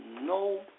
no